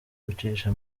ucisha